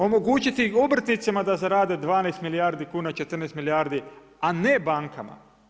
Omogućiti obrtnicima da zarade 12 milijardi kuna, 14 milijardi, a ne bankama.